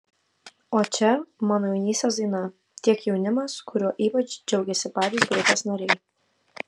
o čia mano jaunystės daina tiek jaunimas kuriuo ypač džiaugiasi patys grupės nariai